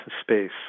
space